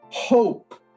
hope